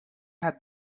had